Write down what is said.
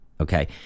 okay